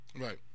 Right